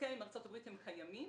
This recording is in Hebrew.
בהסכם עם ארצות הברית הם קיימים